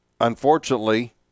unfortunately